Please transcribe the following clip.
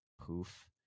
poof